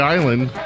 Island